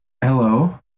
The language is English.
Hello